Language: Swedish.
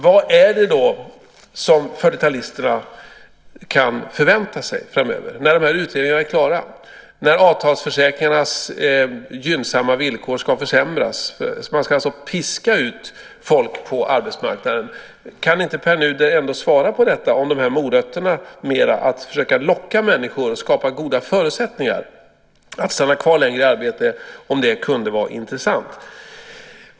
Vad är det 40-talisterna kan förvänta sig framöver när de här utredningarna är klara, när avtalsförsäkringarnas gynnsamma villkor ska försämras och man alltså ska piska ut folk på arbetsmarknaden? Kan inte Pär Nuder ändå svara på om inte detta med morötter, att försöka locka människor genom att skapa goda förutsättningar att stanna kvar längre i arbete, kunde vara intressant?